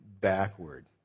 backward